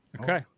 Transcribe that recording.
Okay